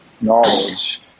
knowledge